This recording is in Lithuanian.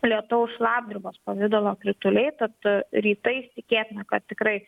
lietaus šlapdribos pavidalo krituliai tad rytais tikėtina kad tikrai